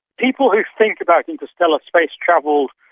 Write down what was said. people who think about interstellar space travel,